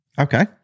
Okay